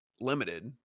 limited